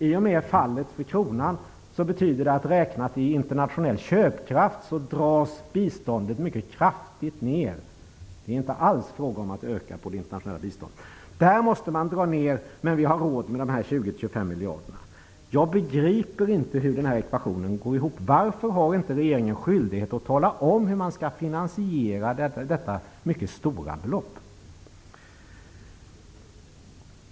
I och med att kronkursen fallit dras biståndet, räknat i internationell köpkraft, mycket kraftigt ner. Det är inte alls fråga om någon ökning av det internationella biståndet. Där måste man alltså dra ner, men vi har råd att betala nämnda 20--25 miljarder. Jag begriper inte detta och får alltså inte den här ekvationen att gå ihop. Varför har regeringen inte skyldighet att tala om hur man skall finansiera denna mycket stora utgift?